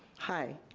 hi,